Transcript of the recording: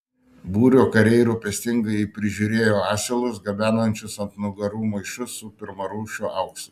būrio kariai rūpestingai prižiūrėjo asilus gabenančius ant nugarų maišus su pirmarūšiu auksu